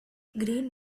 green